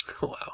wow